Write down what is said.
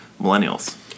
millennials